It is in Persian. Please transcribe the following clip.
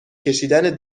کشیدن